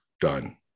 Done